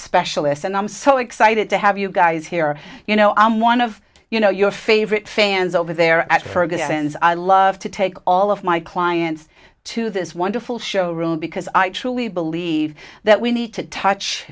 specialist and i'm so excited to have you guys here you know i'm one of you know your favorite fans over there at ferguson's i love to take all of my clients to this wonderful show room because i actually believe that we need to touch